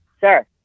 sir